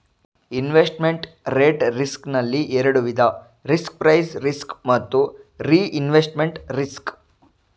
investment rate risk ನಲ್ಲಿ ಎರಡು ವಿಧ ರಿಸ್ಕ್ ಪ್ರೈಸ್ ರಿಸ್ಕ್ ಮತ್ತು ರಿಇನ್ವೆಸ್ಟ್ಮೆಂಟ್ ರಿಸ್ಕ್